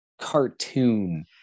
cartoon